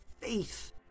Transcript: faith